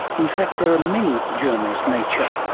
in fact there are many journals nature,